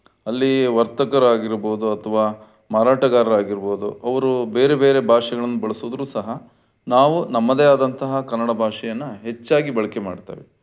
ಅಲ್ಲೀಯ ವರ್ತಕರಾಗಿರ್ಬೋದು ಅಥವಾ ಮಾರಾಟಗಾರರಾಗಿರ್ಬೋದು ಅವರು ಬೇರೆ ಬೇರೆ ಭಾಷೆಗಳನ್ನು ಬಳಸಿದ್ರು ಸಹ ನಾವು ನಮ್ಮದೇ ಆದಂತಹ ಕನ್ನಡ ಭಾಷೆಯನ್ನು ಹೆಚ್ಚಾಗಿ ಬಳಕೆ ಮಾಡ್ತೇವೆ